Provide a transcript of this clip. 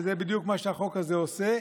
וזה בדיוק מה שהחוק הזה עושה,